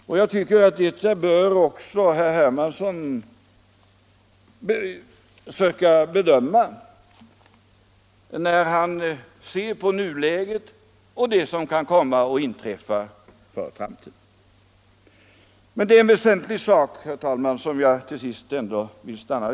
Jag tycker att också herr Hermansson bör försöka ta med detta i bedömningen när han ser på nuläget och det som kan komma att inträffa för framtiden. Jag vill till slut ta upp ännu ett väsentligt förhållande.